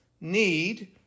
need